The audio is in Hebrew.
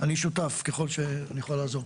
אני שותף ככל שאני יכול לעזור.